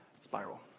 spiral